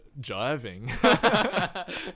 jiving